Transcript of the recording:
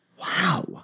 Wow